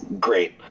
great